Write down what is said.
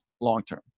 long-term